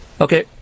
Okay